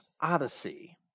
Odyssey